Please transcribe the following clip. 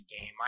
game